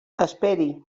esperi